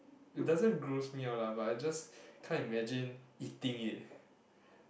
it doesn't gross me out lah but I just can't imagine eating it